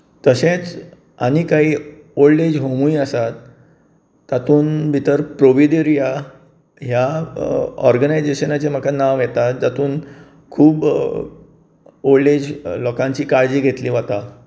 तशेंय आनीक कांय old age होमूय आसात तातूंत भितर प्रोविदेरिया ह्या ओर्गनायझेशनाचें म्हाका नांव येता जातूंत खूब ओल्ड एज लोकांची काळजी घेतली वता